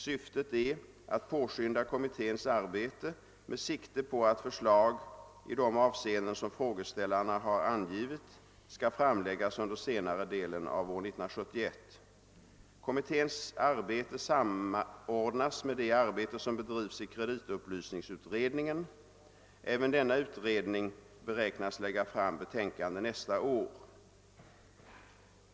Syftet är att påskynda kommitténs arbete med sikte på att förslag i de avseenden son: frågeställarna har angivit skall framläggas under senare delen av år 1971. Kommitténs arbete samordnas med det arbete som bedrivs i kreditupplysningsutredningen. Även denna utredning beräknas lägga fram betänkande nästa år.